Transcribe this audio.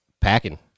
packing